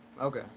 Okay